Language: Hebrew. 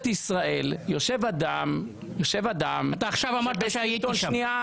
ישראל יושב אדם --- אתה עכשיו אמרת שהייתי שם.